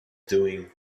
doing